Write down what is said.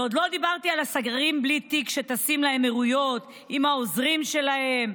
ועוד לא דיברתי על השרים בלי תיק שטסים לאמירויות עם העוזרים שלהם,